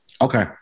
Okay